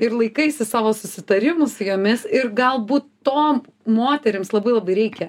ir laikaisi savo susitarimų su jomis ir galbūt toms moterims labai labai reikia